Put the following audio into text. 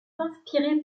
inspirés